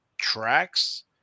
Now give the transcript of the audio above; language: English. tracks